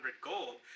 gold